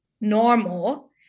normal